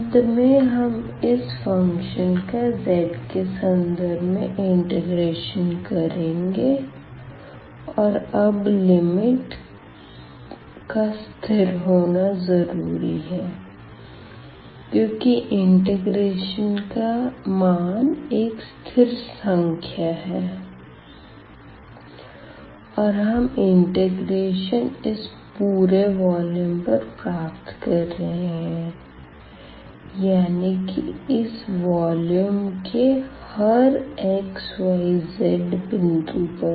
अंत में हम इस फ़ंक्शन का z के संदर्भ में इंटीग्रेशन करेंगे और अब लिमिट का स्थिर होना जरूरी है क्योंकि इंटीग्रेशन का मान एक स्थिर संख्या है और हम इंटीग्रेशन इस पूरे वॉल्यूम पर प्राप्त कर रहे है यानी की इस वॉल्यूम के हर x yz बिंदु पर